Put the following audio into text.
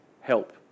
help